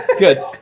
Good